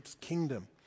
kingdom